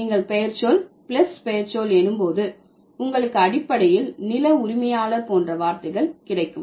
நீங்கள் பெயர்ச்சொல் பிளஸ் பெயர்ச்சொல் எனும் போது உங்களுக்கு அடிப்படையில் நில உரிமையாளர் போன்ற வார்த்தைகள் கிடைக்கும்